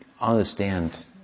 understand